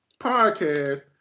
podcast